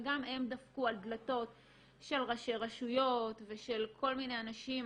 וגם הם דפקו על דלתות של ראשי רשויות ושל כל מיני אנשים,